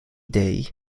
day